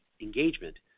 engagement